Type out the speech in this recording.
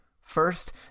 First